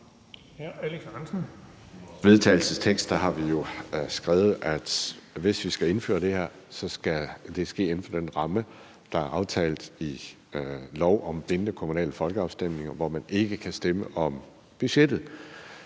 vedtagelsestekst har vi jo skrevet, at hvis man skal indføre det her, skal det ske inden for den ramme, der er aftalt i lov om bindende kommunale folkeafstemninger, hvor man ikke kan stemme om budgettet.